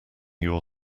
your